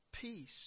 Peace